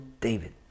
David